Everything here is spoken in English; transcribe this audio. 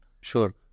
sure